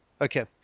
Okay